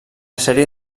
sèrie